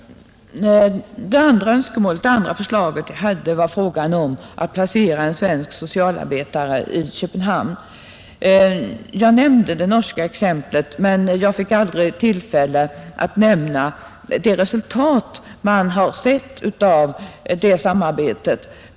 Mitt andra förslag var att placera en svensk socialarbetare i Köpenhamn. Jag nämnde det norska exemplet, men jag fick aldrig tillfälle att nämna de resultat man har sett av det samarbetet.